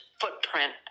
footprint